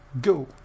go